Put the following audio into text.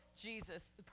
Jesus